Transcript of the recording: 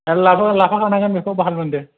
ए लाबो लाफा खानांगोन बेखौ बाहाल मोनदो